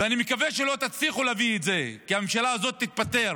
ואני מקווה שלא תצליחו להביא את זה כי הממשלה הזאת תתפטר